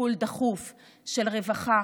טיפול דחוף של רווחה,